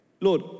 Lord